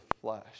flesh